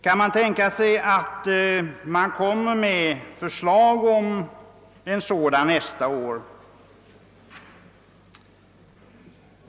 Kan man tänka sig att regeringen framlägger förslag om en sådan nästa år?